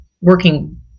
working